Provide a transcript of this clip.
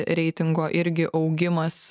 reitingo irgi augimas